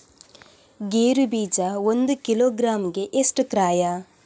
ಗೇರು ಬೀಜ ಒಂದು ಕಿಲೋಗ್ರಾಂ ಗೆ ಎಷ್ಟು ಕ್ರಯ?